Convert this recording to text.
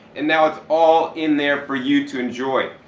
and now it's all in there for you to enjoy.